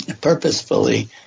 purposefully